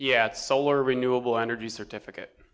yet solar renewable energy certificate